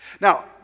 Now